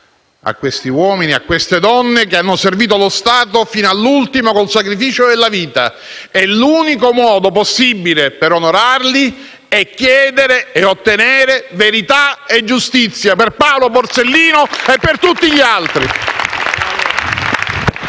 a questi uomini e donne che hanno servito lo Stato fino all'ultimo con il sacrificio della vita, e l'unico modo possibile per onorarli è chiedere e ottenere verità e giustizia per Paolo Borsellino e per tutti gli altri!